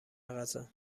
غذا